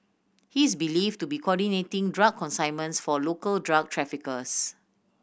he is believed to be coordinating drug consignments for local drug traffickers